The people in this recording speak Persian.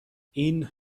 این